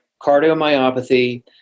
cardiomyopathy